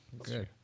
Okay